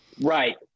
Right